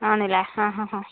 ആണല്ലേ ഹാ ഹാ ഹാ